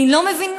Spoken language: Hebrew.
אני לא מבינה.